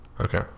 Okay